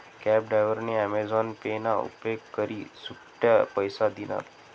cab डायव्हरनी Amazon pay ना उपेग करी सुट्टा पैसा दिनात